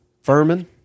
Furman